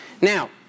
Now